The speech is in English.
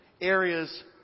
areas